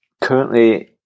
currently